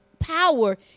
power